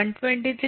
27373